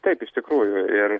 taip iš tikrųjų ir